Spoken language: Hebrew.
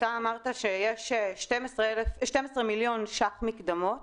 אתה אמרת שיש 12 מיליון ₪ מקדמות